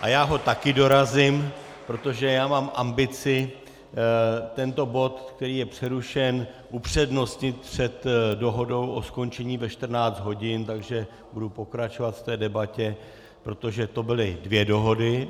A já ho také dorazím, protože mám ambici tento bod, který je přerušen, upřednostnit před dohodou o skončení ve 14 hodin, takže budu pokračovat v té debatě, protože to byly dvě dohody.